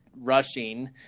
rushing